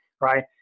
right